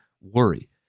worry